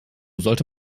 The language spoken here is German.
sollte